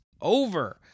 over